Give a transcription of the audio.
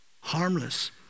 harmless